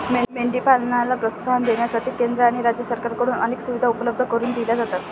मेंढी पालनाला प्रोत्साहन देण्यासाठी केंद्र आणि राज्य सरकारकडून अनेक सुविधा उपलब्ध करून दिल्या जातात